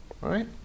Right